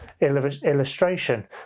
illustration